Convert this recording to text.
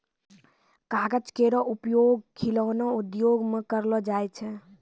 कागज केरो उपयोग खिलौना उद्योग म करलो जाय छै